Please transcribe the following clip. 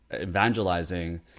evangelizing